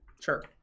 sure